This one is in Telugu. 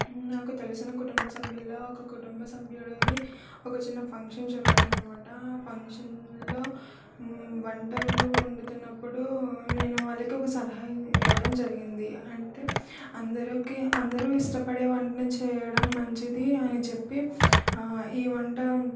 నాకు తెలిసిన కుటుంబ సభ్యులలో ఒక కుటుంబ సభ్యుడిది ఒక చిన్న ఫంక్షన్ జరుగుతుంది అనమాట ఆ ఫంక్షన్లో వంటలు వండుతున్నప్పుడు నేను వాళ్ళకు ఒక సలహా ఇవ్వడం జరిగింది అంటే అందరికి అందరూ ఇష్టపడే వంటని చేయడం మంచిది అని చెప్పి ఈ వంట